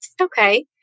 Okay